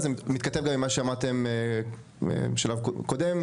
זה מתכתב גם עם מה שאמרתם בשלב קודם,